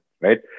right